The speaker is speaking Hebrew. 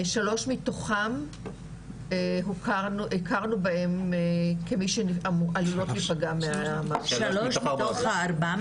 שלוש מתוכם הכרנו בהם כמי שעלולות להיפגע מה -- שלוש מתוך ה-400?